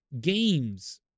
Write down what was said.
games